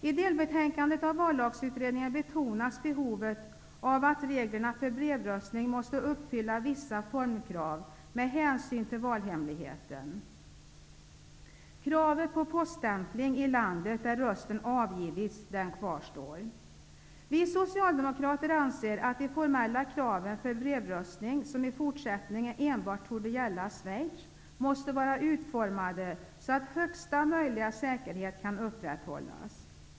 I delbetänkandet av Vallagsutredningen betonas behovet av att reglerna för brevröstning uppfyller vissa formkrav med hänsyn till valhemligheten. Kravet på poststämpling i landet där rösten har avgivits kvarstår. Vi socialdemokrater anser att de formella kraven för brevröstning, som i fortsättningen enbart torde gälla Schweiz, måste vara utformade så att största möjliga säkerhet kan upprätthållas.